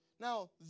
Now